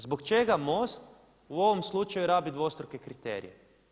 Zbog čega MOST u ovom slučaju rabi dvostruke kriterije?